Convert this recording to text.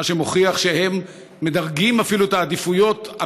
מה שמוכיח שהם מדרגים אפילו את העדיפויות,